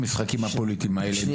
המשחקים הפוליטיים האלה.